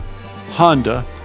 Honda